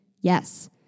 Yes